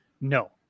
no